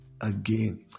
again